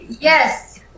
Yes